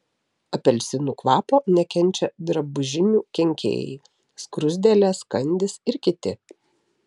apelsinų kvapo nekenčia drabužinių kenkėjai skruzdėlės kandys ir kiti